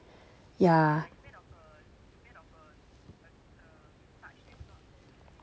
yeah